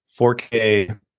4K